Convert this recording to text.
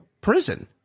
prison